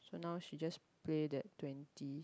so now she just play that twenty